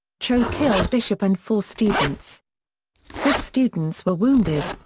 cho killed bishop and four students six students were wounded.